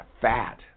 fat